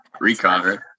Recon